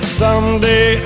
someday